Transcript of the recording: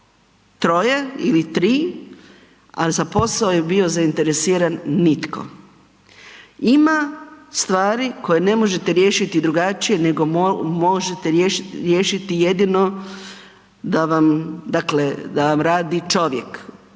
troje ili tri, a za posao je bio zainteresiran nitko. Ima stvari koje ne možete riješiti drugačije nego možete riješiti jedino da vam, dakle,